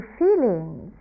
feelings